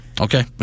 Okay